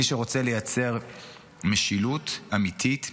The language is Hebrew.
מי שרוצה לייצר משילות אמיתית,